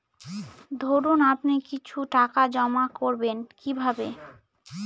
ধরুন আপনি কিছু টাকা জমা করবেন কিভাবে?